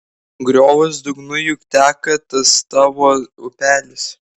griovos dugnu juk teka tas tavo upelis